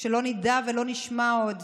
שלא נדע ולא נשמע עוד